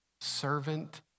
Servant